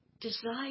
Desire